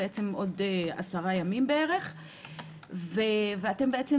בעצם עוד עשרה ימים בערך ואתם בעצם